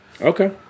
Okay